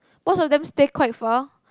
most of them stay quite far